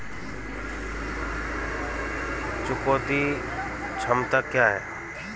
चुकौती क्षमता क्या है?